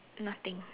nothing